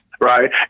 right